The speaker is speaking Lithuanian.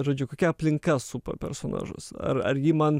žodžiu kokia aplinka supa personažus ar ar ji man